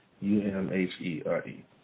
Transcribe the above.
U-M-H-E-R-E